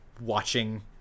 watching